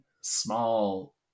small